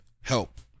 help